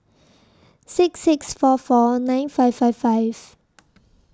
six six four four nine five five five